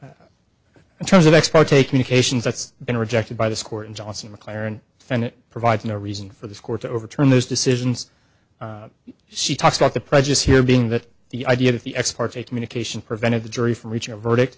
record in terms of ex pro take medications that's been rejected by this court in johnson mclaren and it provides no reason for this court to overturn those decisions she talks about the prejudice here being that the idea that the ex parte communication prevented the jury from reaching a verdict